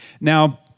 Now